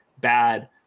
bad –